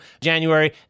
January